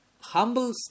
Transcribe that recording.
Humble